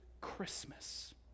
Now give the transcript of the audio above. Christmas